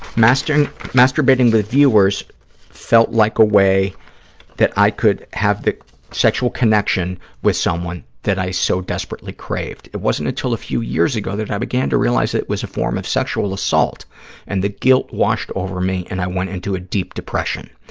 masturbating masturbating with viewers felt like a way that i could have sexual connection with someone that i so desperately craved. it wasn't until a few years ago that i began to realize that it was a form of sexual assault and the guilt washed over me and i went into a deep depression.